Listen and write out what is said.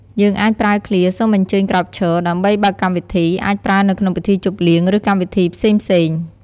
យើងអាចប្រើឃ្លា «សូមអញ្ជើញក្រោកឈរ» ដើម្បីបើកកម្មវិធី អាចប្រើនៅក្នុងពិធីជប់លៀង ឬកម្មវិធីផ្សេងៗ។